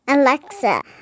Alexa